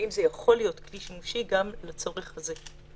האם זה יכול להיות כלי שימושי גם לצורך הזה.